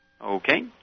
Okay